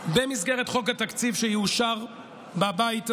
במסגרת חוק התקציב שיאושר בבית הזה,